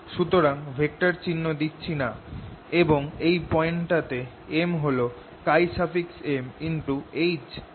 সুতরাং ভেক্টর চিহ্ন দিচ্ছি না এবং ওই পয়েন্টটাতে M হল MHinside